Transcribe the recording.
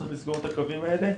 צריך לסגור את הקווים האלה.